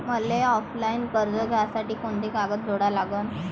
मले ऑफलाईन कर्ज घ्यासाठी कोंते कागद जोडा लागन?